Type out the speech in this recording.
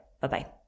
Bye-bye